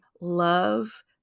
love